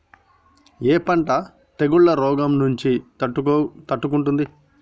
ఏ పంట తెగుళ్ల రోగం నుంచి తట్టుకుంటుంది?